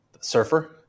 Surfer